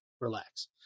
relax